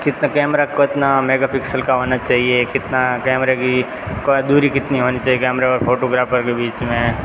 कितना कैमरा कितना मेगाफ़िक्सल का होना चाहिए कितना कैमरे की दूरी कितनी होनी चाहिए कैमरा और फोटोग्राफर के बीच में